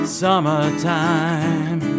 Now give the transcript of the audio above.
summertime